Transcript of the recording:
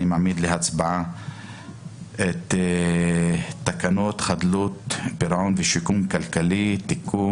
אני מעמיד להצבעה את תקנות חדלות פירעון ושיקום כלכלי (תיקון),